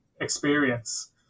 experience